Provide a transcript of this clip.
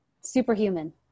superhuman